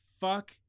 Fuck